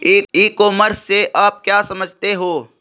ई commerce से आप क्या समझते हो?